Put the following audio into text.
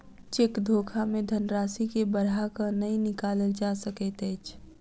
cheque धोखा मे धन राशि के बढ़ा क नै निकालल जा सकैत अछि